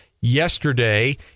yesterday